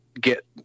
get